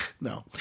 No